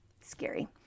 Scary